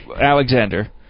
Alexander